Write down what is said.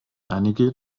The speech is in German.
einige